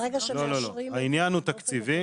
לא, העניין הוא תקציבי.